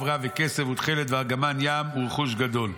רב וכסף ותכלת וארגמן-ים ורכוש גדול.